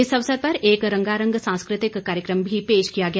इस अवसर पर एक रंगारंग सांस्कृतिक कार्यक्रम भी पेश किया गया